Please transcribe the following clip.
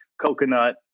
coconut